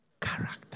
Character